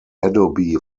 adobe